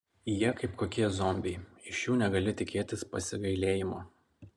jie kaip kokie zombiai iš jų negali tikėtis pasigailėjimo